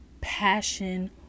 passion